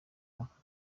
mafoto